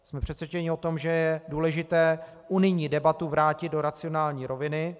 Jsme přesvědčeni o tom, že je důležité unijní debatu vrátit do racionální roviny.